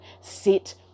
sit